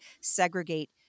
segregate